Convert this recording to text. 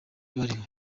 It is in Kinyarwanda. bariho